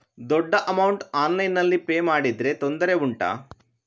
ದೊಡ್ಡ ಅಮೌಂಟ್ ಆನ್ಲೈನ್ನಲ್ಲಿ ಪೇ ಮಾಡಿದ್ರೆ ತೊಂದರೆ ಉಂಟಾ?